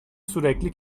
sürekli